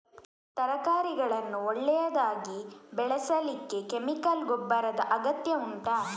ತರಕಾರಿಗಳನ್ನು ಒಳ್ಳೆಯದಾಗಿ ಬೆಳೆಸಲಿಕ್ಕೆ ಕೆಮಿಕಲ್ ಗೊಬ್ಬರದ ಅಗತ್ಯ ಉಂಟಾ